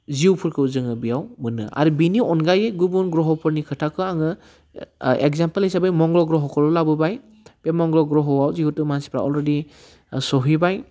जिउफोरखौ जोङो बेयाव मोनो आरो बेनि अनगायै गुबुन ग्रहफोरनि खोथाखौ आङो एग्जामपोल हिसाबै मंग्ल' ग्रहखौल' लाबोबाय बे मंग्ल' ग्रहआव जिहेथु मानसिफ्रा अलरेदि सहैबाय